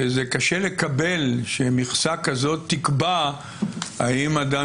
שקשה לקבל שמכסה כזאת תקבע האם אדם